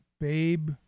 babe